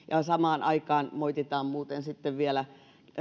samaan aikaan moititaan muuten sitten vielä